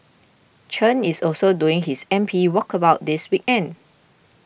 Chen is also doing his M P walkabouts this weekend